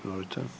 Izvolite.